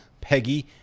Peggy